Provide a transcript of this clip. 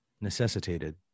necessitated